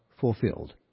fulfilled